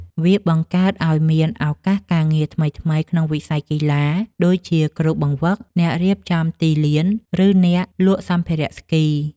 វាបង្កើតឱ្យមានឱកាសការងារថ្មីៗក្នុងវិស័យកីឡា ដូចជាគ្រូបង្វឹក អ្នករៀបចំទីលាន ឬអ្នកលក់សម្ភារៈស្គី។